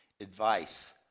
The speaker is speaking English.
advice